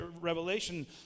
Revelation